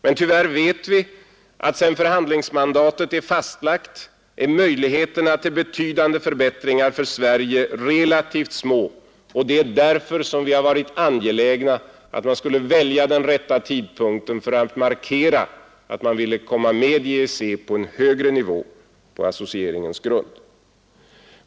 Men tyvärr vet vi att sedan förhandlingsmandatet är fastlagt är möjligheterna till betydande förbättringar för Sverige relativt små, och det är på grund härav som vi har varit angelägna om att man skulle välja den rätta tidpunkten för att markera att man ville komma med i EEC på en högre nivå — på associeringens grund.